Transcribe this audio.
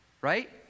right